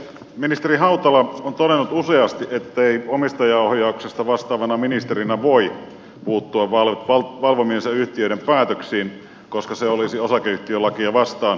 ministeri hautala on todennut useasti ettei omistajaohjauksesta vastaavana ministerinä voi puuttua valvomiensa yhtiöiden päätöksiin koska se olisi osakeyhtiölakia vastaan